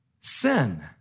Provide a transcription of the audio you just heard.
sin